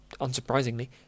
unsurprisingly